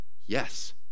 yes